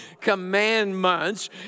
Commandments